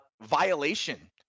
violation